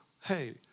Hey